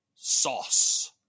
Sauce